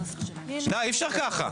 די, אי אפשר ככה.